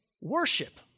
worship